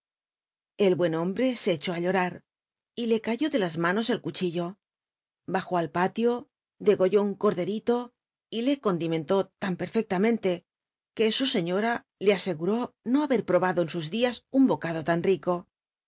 el buen hombre se ccihí á llomr le cayó de la mano el cuchillo bajó al palio dcgoii í un cordrrilo le condimcnlcí lan perfc lamcnlc que su sciiora le aseguró no hahc probado en sus dias un bora lo la n rico